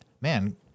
man